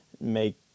make